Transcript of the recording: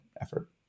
effort